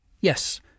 Yes